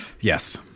Yes